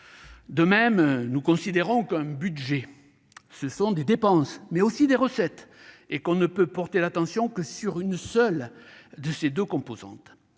De même, nous considérons qu'un budget, ce sont des dépenses, mais aussi des recettes, et que l'on ne peut pas appeler l'attention que sur une seule de ces deux composantes.